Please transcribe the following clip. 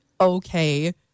Okay